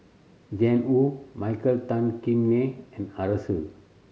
Jiang Hu Michael Tan Kim Nei and Arasu